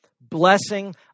blessing